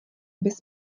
bys